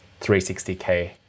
360K